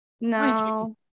No